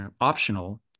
optional